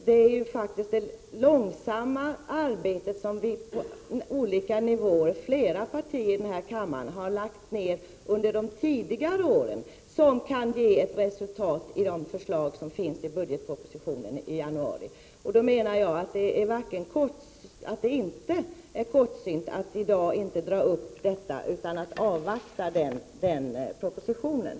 Det är ju faktiskt det arbetet på olika nivåer som flera partier i denna kammare under lång tid har lagt ner som kan ge ett resultat i form av de förslag som finns i budgetpropositionen i januari. Jag menar därför att det inte är kortsynt att i dag inte ta upp detta utan i stället avvakta den propositionen.